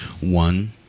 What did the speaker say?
One